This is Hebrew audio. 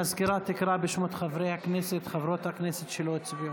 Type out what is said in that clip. המזכירה תקרא בשמות חברי הכנסת וחברות הכנסת שלא הצביעו,